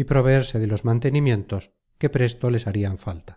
y proveerse de los mantenimientos que presto les harian falta